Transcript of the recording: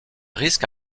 risque